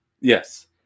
Yes